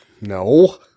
No